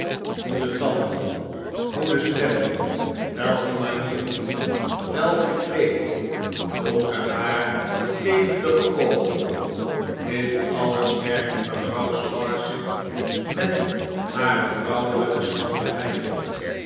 goe'de tanden goede stem welgemanierd welgekleed donkerhaar levendige oogen dit alles merkte mevrouw sparsit met hare vrouwelijke schranderheid op